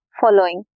following